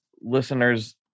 listeners